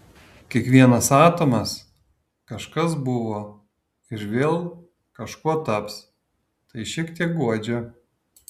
kiekvienas atomas kažkas buvo ir vėl kažkuo taps tai šiek tiek guodžia